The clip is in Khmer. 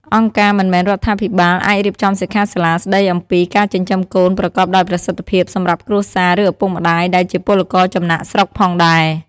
អង្គការមិនមែនរដ្ឋាភិបាលអាចរៀបចំសិក្ខាសាលាស្ដីអំពីការចិញ្ចឹមកូនប្រកបដោយប្រសិទ្ធភាពសម្រាប់គ្រួសារ ឬឪពុកម្ដាយដែលជាពលករចំណាកស្រុកផងដែរ។